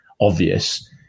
obvious